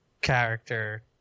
character